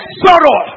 sorrow